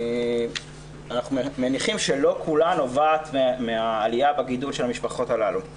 אנחנו מניחים שלא כולה נובעת מהעלייה בגידול של המשפחות הללו.